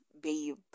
babe